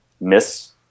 miss